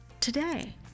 today